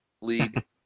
league